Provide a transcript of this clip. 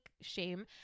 shame